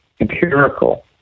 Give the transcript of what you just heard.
empirical